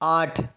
आठ